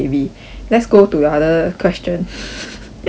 let's go to the other question